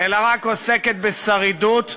אלא רק עוסקת בשרידות יום-יום,